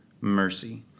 mercy